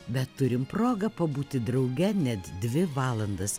bet turim progą pabūti drauge net dvi valandas